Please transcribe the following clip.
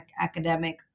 academic